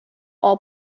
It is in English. all